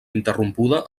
interrompuda